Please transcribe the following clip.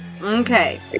Okay